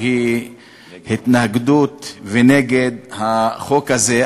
שהיא התנגדות לחוק הזה.